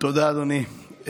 תודה, אדוני.